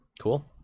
Cool